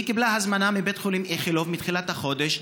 היא קיבלה הזמנה מבית החולים איכילוב מתחילת החודש,